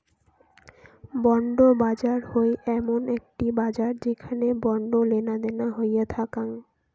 bond বাজার হই এমন একটি বাজার যেখানে বন্ড লেনাদেনা হইয়া থাকাং